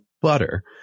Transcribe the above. butter